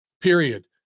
period